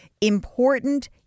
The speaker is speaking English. important